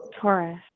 Taurus